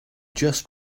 just